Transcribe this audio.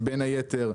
בין היתר,